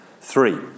three